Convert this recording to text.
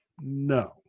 no